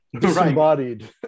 disembodied